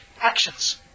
actions